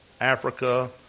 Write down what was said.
Africa